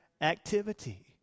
activity